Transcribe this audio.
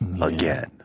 again